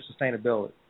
sustainability